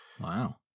wow